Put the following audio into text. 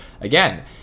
again